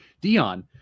Dion